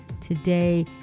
today